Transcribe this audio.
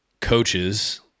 coaches